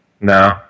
No